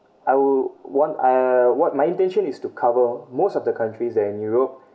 I will want uh what my intention is to cover most of the countries in europe